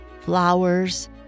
flowers